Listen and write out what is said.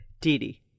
Didi